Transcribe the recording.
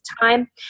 time